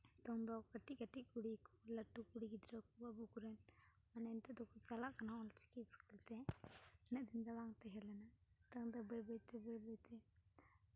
ᱱᱤᱛᱚᱝ ᱫᱚ ᱠᱟᱹᱴᱤᱡ ᱠᱟᱹᱴᱤᱡ ᱠᱩᱲᱤ ᱠᱚ ᱞᱟᱹᱴᱩ ᱠᱩᱲᱤ ᱜᱤᱫᱽᱨᱟᱹ ᱠᱚ ᱟᱵᱚ ᱠᱚᱨᱮᱱ ᱢᱟᱱᱮ ᱱᱤᱛᱚᱜ ᱫᱚᱠᱚ ᱪᱟᱞᱟᱜ ᱠᱟᱱᱟ ᱚᱞᱪᱤᱠᱤ ᱤᱥᱠᱩᱞ ᱛᱮ ᱩᱱᱟᱹᱜ ᱫᱤᱱ ᱫᱚ ᱵᱟᱝ ᱛᱟᱦᱮᱸ ᱞᱮᱱᱟ ᱱᱤᱛᱚᱝ ᱫᱚ ᱵᱟᱹᱭ ᱵᱟᱹᱭ ᱛᱮ ᱵᱟᱹᱭ ᱵᱟᱹᱭᱛᱮ